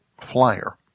flyer